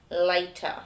later